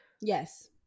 Yes